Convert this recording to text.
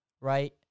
right